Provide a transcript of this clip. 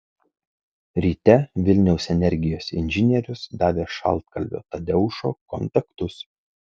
ryte vilniaus energijos inžinierius davė šaltkalvio tadeušo kontaktus